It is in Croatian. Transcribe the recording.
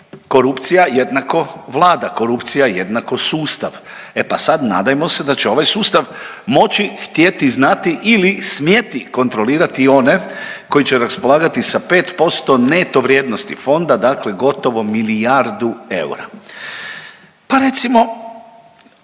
Korupcija jednako Vlada, korupcija jednako sustav. E pa sad, nadajmo se da će ovaj sustav moći, htjeti, znati ili smjeti kontrolirati one koji će raspolagati sa 5% neto vrijednosti fonda, dakle gotovo milijardu eura. Pa recimo,